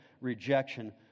rejection